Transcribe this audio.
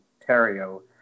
ontario